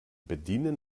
bedienen